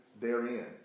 therein